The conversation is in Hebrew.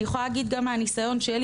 אני יכולה להגיד גם מהניסיון שלי,